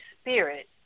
Spirit